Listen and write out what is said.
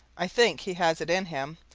i think he has it in him,